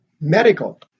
medical